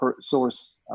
source